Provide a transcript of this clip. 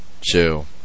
chill